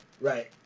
Right